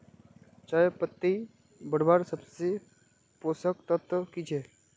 चयपत्ति बढ़वार सबसे पोषक तत्व की छे?